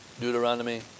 Deuteronomy